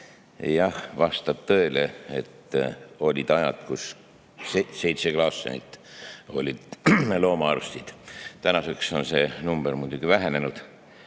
Jah, vastab tõele, et olid ajad, kui seitse Klaassenit olid loomaarstid. Tänaseks on see number muidugi vähenenud.